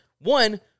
one